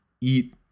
eat